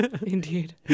Indeed